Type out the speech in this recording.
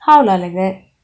how lah like that